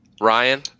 Ryan